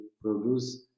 produce